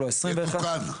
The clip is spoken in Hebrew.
יתוקן.